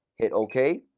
hit ok.